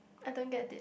I don't get it